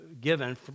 given